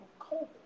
COVID